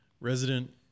resident